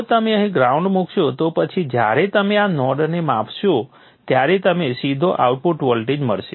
જો તમે અહીં ગ્રાઉન્ડ મુકશો તો પછી જ્યારે તમે આ નોડને માપશો ત્યારે તમને સીધો આઉટપુટ વોલ્ટેજ મળશે